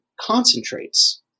concentrates